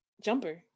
jumper